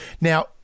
Now